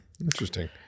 Interesting